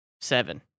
seven